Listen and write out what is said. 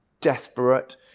desperate